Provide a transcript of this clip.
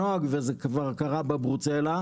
הנוהג וזה כבר קרה בברוצלה,